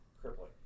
crippling